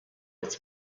its